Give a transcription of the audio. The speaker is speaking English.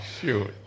shoot